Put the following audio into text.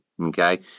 Okay